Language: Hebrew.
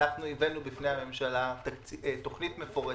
הבאנו בפני הממשלה תוכנית מפורטת,